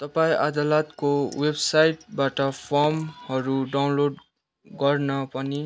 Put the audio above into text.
तपाईँँ अदालतको वेबसाइटबाट फर्महरू डाउनलोड गर्न पनि